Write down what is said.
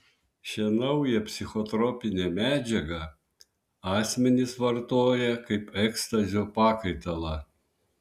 šią naują psichotropinę medžiagą asmenys vartoja kaip ekstazio pakaitalą